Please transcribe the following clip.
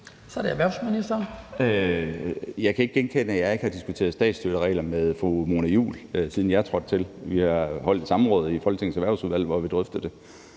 (Morten Bødskov): Jeg kan ikke genkende, at jeg ikke har diskuteret statsstøtteregler med fru Mona Juul, siden jeg trådte til. Vi har afholdt et samråd i Folketingets Erhvervsudvalg, hvor vi drøftede det.